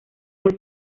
muy